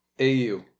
AU